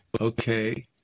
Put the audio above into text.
Okay